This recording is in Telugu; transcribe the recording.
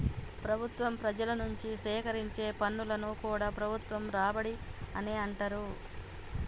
ప్రభుత్వం ప్రజల నుంచి సేకరించే పన్నులను కూడా ప్రభుత్వ రాబడి అనే అంటరు